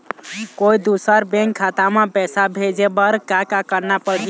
कोई दूसर बैंक खाता म पैसा भेजे बर का का करना पड़ही?